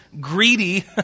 greedy